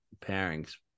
pairings